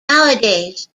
nowadays